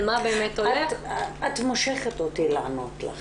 על מה באמת הולך --- את מושכת אותי לענות לך.